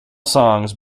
songs